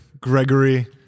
Gregory